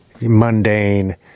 mundane